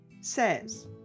says